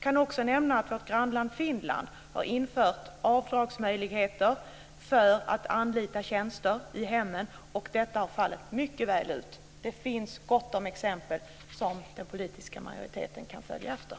Jag kan också nämna att vårt grannland Finland har infört avdragsmöjligheter för att anlita tjänster i hemmen, och detta har fallit mycket väl ut. Det finns gott om exempel som den politiska majoriteten kan följa efter.